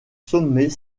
sommet